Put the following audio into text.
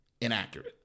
inaccurate